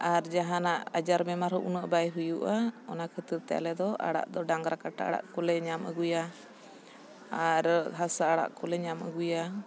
ᱟᱨ ᱡᱟᱦᱟᱱᱟᱜ ᱟᱡᱟᱨ ᱵᱮᱢᱟᱨ ᱦᱚᱸ ᱩᱱᱟᱹᱜ ᱵᱟᱭ ᱦᱩᱭᱩᱜᱼᱟ ᱚᱱᱟ ᱠᱷᱟᱹᱛᱤᱨ ᱛᱮ ᱟᱞᱮ ᱫᱚ ᱟᱲᱟᱜ ᱫᱚ ᱰᱟᱝᱨᱟ ᱠᱟᱴᱟ ᱟᱲᱟᱜ ᱠᱚᱞᱮ ᱧᱟᱢ ᱟᱹᱜᱩᱭᱟ ᱟᱨ ᱦᱟᱥᱟ ᱟᱲᱟᱜ ᱠᱚᱞᱮ ᱧᱟᱢ ᱟᱹᱜᱩᱭᱟ